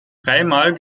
dreimal